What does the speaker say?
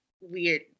weird